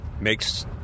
makes